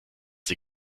sie